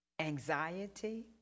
anxiety